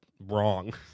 wrong